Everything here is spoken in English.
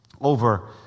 over